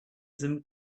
sim